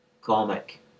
comic